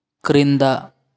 క్రింద